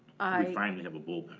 finally have a bullpen.